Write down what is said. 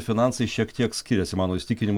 finansai šiek tiek skiriasi mano įsitikinim